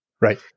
right